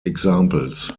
examples